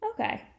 Okay